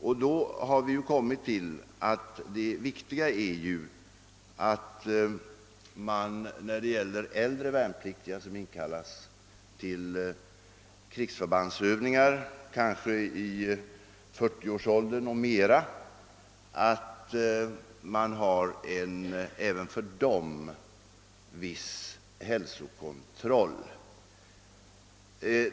Vi har kommit fram till uppfattningen, att det viktiga är att man även för äldre värnpliktiga — kanske i 40-årsåldern och däröver — som inkallas till krigsförbandsövningar har en viss hälsokontroll.